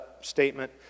statement